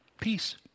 Peace